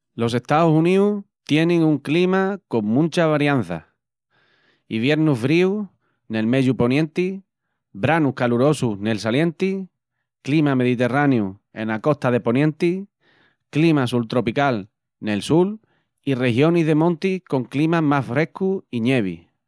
Los Estaus Uníus tienin un clima con muncha variança: iviernus fríus nel meyu ponienti, branus calurosus nel salienti, clima mediterráneu ena costa de ponienti, clima sultropical nel sul i regionis de monti con clima más frescu i ñevi.